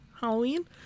Halloween